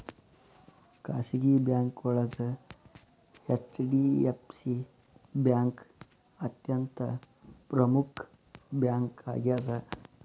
ಖಾಸಗಿ ಬ್ಯಾಂಕೋಳಗ HDFC bank ಅತ್ಯಂತ ಪ್ರಮುಖ್ ಬ್ಯಾಂಕಾಗ್ಯದ